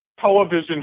television